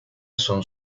son